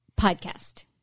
podcast